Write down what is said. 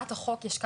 זו אחת האפשרות.